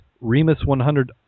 Remus-100